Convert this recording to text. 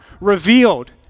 revealed